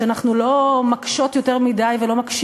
שאנחנו לא מקשות יותר מדי ולא מקשים